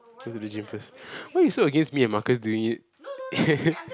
go to the gym first why you so against me and Marcus doing it